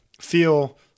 feel